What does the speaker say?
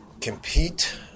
Compete